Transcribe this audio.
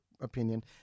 opinion